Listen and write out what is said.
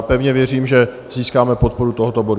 Pevně věřím, že získáme podporu tohoto bodu.